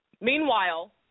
Meanwhile